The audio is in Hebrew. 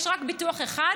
יש רק ביטוח אחד,